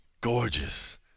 gorgeous